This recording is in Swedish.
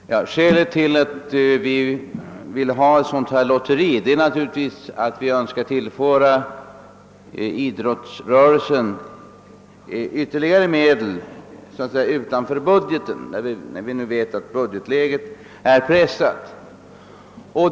Herr talman! Skälet till att vi vill ha ett lotteri är naturligtvis att vi önskar tillföra idrottsrörelsen ytterligare medel utanför budgeten, när vi vet att budgetläget är pressat.